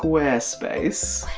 squarespace.